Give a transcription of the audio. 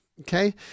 Okay